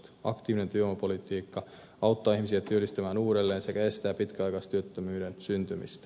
aktiivinen työvoimapolitiikka auttaa ihmisiä työllistymään uudelleen sekä estää pitkäaikaistyöttömyyden syntymistä